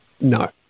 No